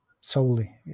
solely